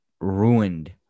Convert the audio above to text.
ruined